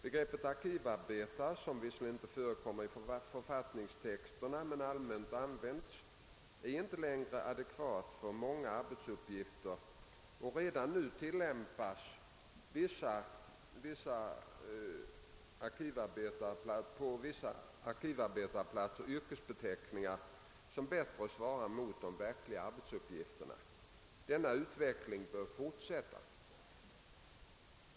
Begreppet arkivarbetare — som visserligen inte förekommer i författningstexterna men är allmänt använt — är inte längre adekvat för många arbetsuppgifter, och redan nu tillämpas på vissa arkivarbetsplatser yrkesbeteckningar som bättre svarar mot de verkliga arbetsuppgifterna. Denna utveckling bör fortsätta.